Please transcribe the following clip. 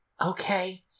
Okay